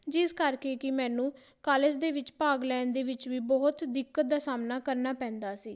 ਜਿਸ ਕਰਕੇ ਕਿ ਮੈਨੂੰ ਕਾਲਜ ਦੇ ਵਿੱਚ ਭਾਗ ਲੈਣ ਦੇ ਵਿੱਚ ਵੀ ਬਹੁਤ ਦਿੱਕਤ ਦਾ ਸਾਹਮਣਾ ਕਰਨਾ ਪੈਂਦਾ ਸੀ